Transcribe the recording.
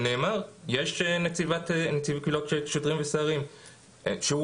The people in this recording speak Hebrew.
ונאמר שיש נציבת קבילות שוטרים וסוהרים שהיא